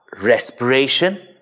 respiration